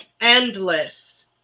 endless